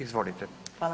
Izvolite.